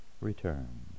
return